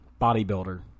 bodybuilder